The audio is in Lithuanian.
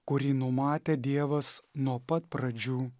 kurį numatė dievas nuo pat pradžių